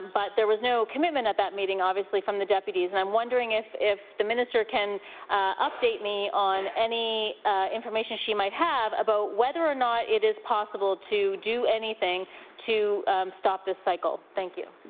but there was no commitment at that meeting obviously from the deputies. and i'm wondering if if the minister can update me on any information she might have about whether or not it is possible to do anything to stop this cycle? thank you.